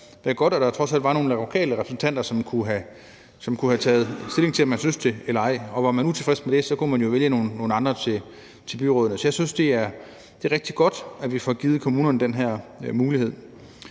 været godt, hvis der trods alt havde været nogle lokale repræsentanter, som kunne have taget stilling til, om man syntes det eller ej. Og var man utilfreds med det, kunne man vælge nogle andre til byrådet. Så jeg synes, det er rigtig godt, at vi får givet kommunerne den her mulighed,